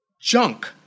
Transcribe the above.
junk